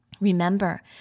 remember